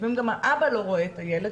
לפעמים גם האבא לא רואה את הילד,